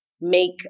make